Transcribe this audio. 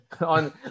on